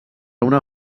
una